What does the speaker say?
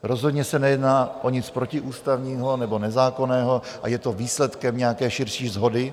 Rozhodně se nejedná o nic protiústavního nebo nezákonného a je to výsledkem nějaké širší shody.